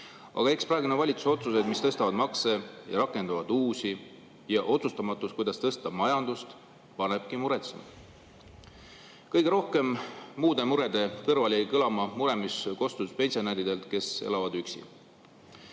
Eks praeguse valitsuse otsused, mis tõstavad makse ja rakendavad uusi, ja otsustamatus, kuidas tõsta majandust, panevadki muretsema. Kõige rohkem muude murede kõrval jäi kõlama mure, mis kostis pensionäridelt, kes elavad üksi.